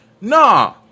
Nah